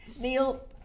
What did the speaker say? Neil